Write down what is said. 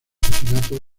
asesinato